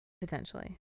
Potentially